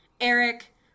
Eric